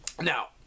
Now